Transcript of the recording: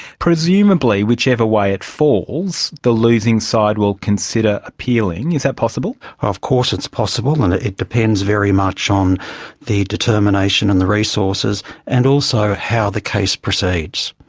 presumably whichever way it falls, the losing side will consider appealing. is that possible? of course it's possible, and it depends very much on the determination and the resources and also how the case proceeds.